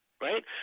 right